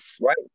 Right